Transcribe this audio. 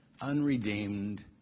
Unredeemed